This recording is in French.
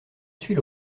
suis